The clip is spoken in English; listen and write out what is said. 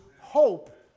hope